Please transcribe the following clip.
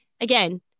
Again